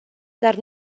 dar